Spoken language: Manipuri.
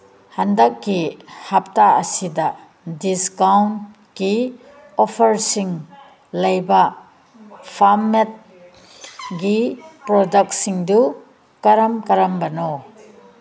ꯍꯟꯗꯛꯀꯤ ꯍꯞꯇꯥ ꯑꯁꯤꯗ ꯗꯤꯁꯀꯥꯎꯟꯀꯤ ꯑꯣꯐꯔꯁꯤꯡ ꯂꯩꯕ ꯐꯥꯝ ꯃꯦꯗꯒꯤ ꯄ꯭ꯔꯗꯛꯁꯤꯡꯗꯨ ꯀꯔꯝ ꯀꯔꯝꯕꯅꯣ